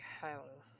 hell